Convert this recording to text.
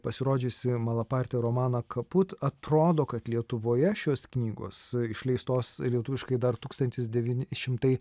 pasirodžiusį malaparti romaną kaput atrodo kad lietuvoje šios knygos išleistos lietuviškai dar tūkstantis devyni šimtai